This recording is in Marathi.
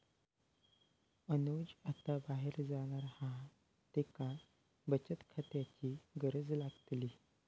अनुज आता बाहेर जाणार हा त्येका बचत खात्याची गरज लागतली